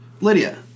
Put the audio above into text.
Lydia